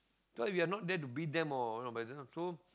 so if you're not there to beat them or but you know so